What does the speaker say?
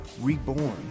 reborn